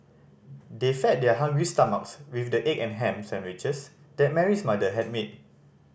they fed their hungry stomachs with the egg and ham sandwiches that Mary's mother had made